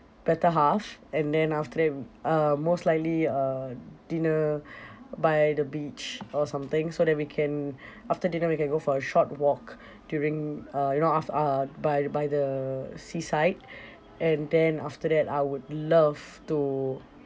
better half and then after that uh most likely uh dinner by the beach or something so that we can after dinner we can go for a short walk during uh you know af~ uh by by the seaside and then after that I would love to